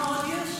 מה עוד יש?